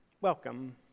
welcome